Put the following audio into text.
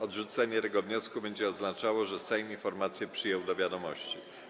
Odrzucenie tego wniosku będzie oznaczało, że Sejm informację przyjął do wiadomości.